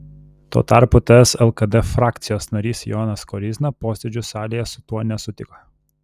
tuo tarpu ts lkd frakcijos narys jonas koryzna posėdžių salėje su tuo nesutiko